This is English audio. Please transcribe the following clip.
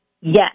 Yes